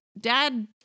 dad